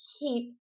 keep